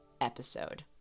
episode